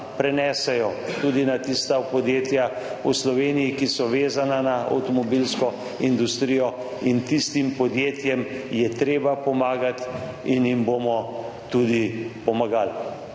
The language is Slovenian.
prenesejo tudi na tista podjetja v Sloveniji, ki so vezana na avtomobilsko industrijo in tistim podjetjem je treba pomagati in jim bomo tudi pomagali.